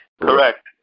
Correct